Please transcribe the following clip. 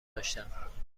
داشتم